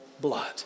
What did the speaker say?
blood